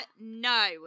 no